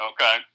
Okay